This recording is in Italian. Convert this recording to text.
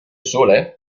sole